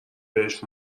بهش